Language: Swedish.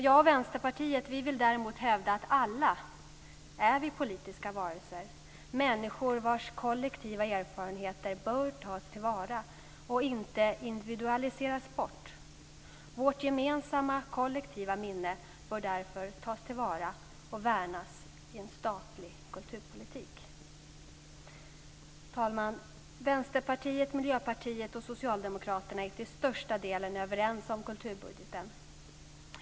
Jag och Vänsterpartiet vill däremot hävda att vi alla är politiska varelser, människor vilkas kollektiva erfarenheter bör tas till vara och inte individualiseras bort. Vårt gemensamma kollektiva minne bör därför tas till vara och värnas i en statlig kulturpolitik. Fru talman! Vänsterpartiet, Miljöpartiet och Socialdemokraterna är till största delen överens om kulturbudgeten.